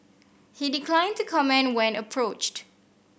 he declined to comment when approached